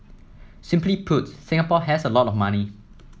simply put Singapore has a lot of money